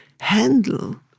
handle